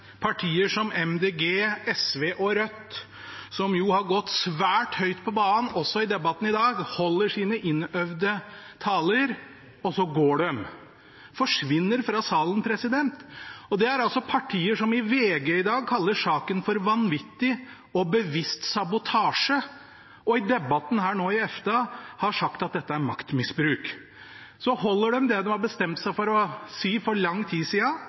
partier som Miljøpartiet De Grønne, SV og Rødt, som jo har gått svært høyt på banen også i debatten i dag, holder sine innøvde taler, og så går de – forsvinner fra salen. Dette er altså partier som i VG i dag kaller saken for «vanvittig» og «bevisst sabotasje», og som i debatten her i ettermiddag har sagt at dette er maktmisbruk. Så sier de det de har bestemt seg for å si for